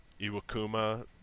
Iwakuma